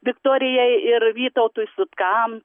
viktorijai ir vytautui sutkam